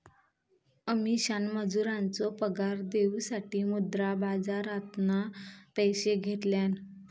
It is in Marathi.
अमीषान मजुरांचो पगार देऊसाठी मुद्रा बाजारातना पैशे घेतल्यान